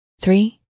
three